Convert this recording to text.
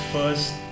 First